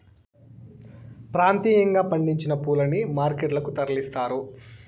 ప్రాంతీయంగా పండించిన పూలని మార్కెట్ లకు తరలిస్తారు